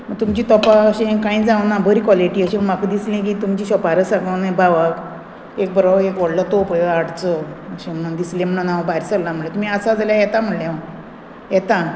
तुमची तोपां अशीं कांय जावना बरी क्वॉलिटी अशी म्हाका दिसली की तुमची शॉपार साकून भावाक एक बरो एक व्हडलो तोप हाडचो अशें म्हणून दिसलें म्हणून हांव भायर सरलां म्हणलें तुमी आसा जाल्यार येता म्हणलें हांव येता